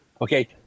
Okay